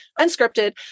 unscripted